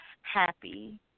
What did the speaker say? happy